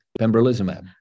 pembrolizumab